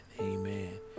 amen